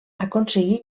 aconseguí